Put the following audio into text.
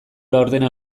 laurdena